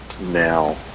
now